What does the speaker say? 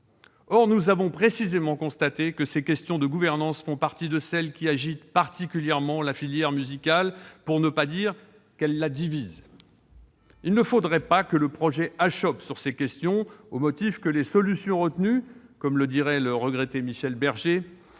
Or nous avons précisément constaté que ces questions de gouvernance font partie de celles qui agitent particulièrement la filière musicale, pour ne pas dire qu'elles la divisent ! Il ne faudrait pas que le projet achoppe sur ces questions, au motif que les solutions retenues, comme aurait pu le dire le regretté Michel Berger,